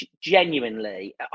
genuinely